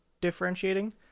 differentiating